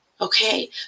Okay